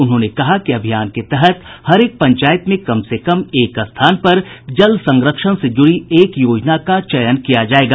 उन्होंने कहा कि अभियान के तहत हरेक पंचायत में कम से कम एक स्थान पर जल संरक्षण से जुड़ी एक योजना का चयन किया जायेगा